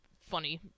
funny